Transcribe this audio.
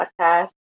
podcast